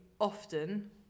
often